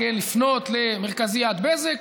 לפנות למרכזיית בזק,